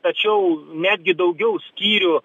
tačiau netgi daugiau skyrių